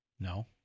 No